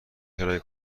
کرایه